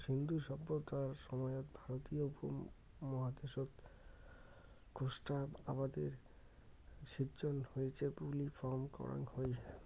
সিন্ধু সভ্যতার সময়ত ভারতীয় উপমহাদ্যাশত কোষ্টা আবাদের সিজ্জন হইচে বুলি ফম করাং হই